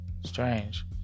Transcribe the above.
strange